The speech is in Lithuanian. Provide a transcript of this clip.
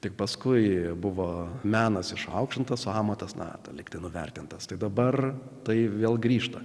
tik paskui buvo menas išaukštintas amatas natą likti nuvertintas tai dabar tai vėl grįžta